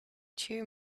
two